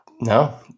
No